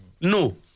No